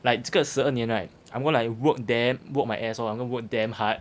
like 这个十二年 right I'm gonna like work damn work my ass off I'm gonna work damn hard